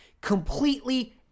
completely